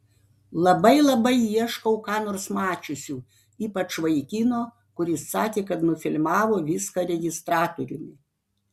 labai labai ieškau ką nors mačiusių ypač vaikino kuris sakė kad nufilmavo viską registratoriumi